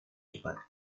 cepat